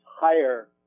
higher